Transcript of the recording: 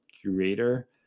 curator